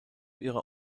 ihrer